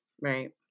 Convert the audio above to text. Right